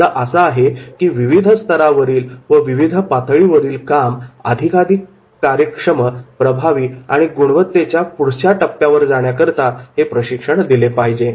मुद्दा असा आहे की विविध स्तरावरील व पातळीवरील काम अधिकाधिक कार्यक्षम प्रभावी व गुणवत्तेच्या पुढील पातळीवर जाण्याकरिता हे प्रशिक्षण दिले पाहिजे